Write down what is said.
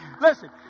Listen